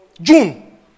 June